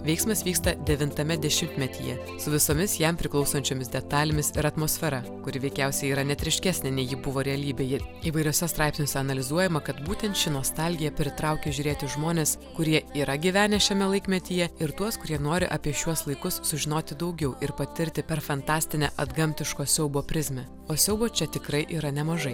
veiksmas vyksta devintame dešimtmetyje su visomis jam priklausančiomis detalėmis ir atmosfera kuri veikiausiai yra net ryškesnė nei ji buvo realybėje įvairiuose straipsniuose analizuojama kad būtent ši nostalgija pritraukia žiūrėti žmones kurie yra gyvenę šiame laikmetyje ir tuos kurie nori apie šiuos laikus sužinoti daugiau ir patirti per fantastinę atgamtiško siaubo prizmę o siaubo čia tikrai yra nemažai